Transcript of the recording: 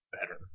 better